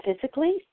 physically